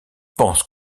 pense